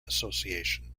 association